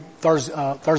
Thursday